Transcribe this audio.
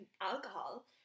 alcohol